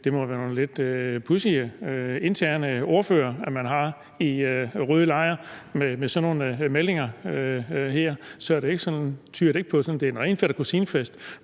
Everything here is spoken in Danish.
det må være nogle lidt pudsige interne ordførermøder, man har i rød lejr. Med sådan nogle meldinger her tyder det ikke på, at det er den rene fætter-kusine-fest,